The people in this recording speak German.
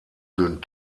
würden